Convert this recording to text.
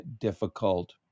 difficult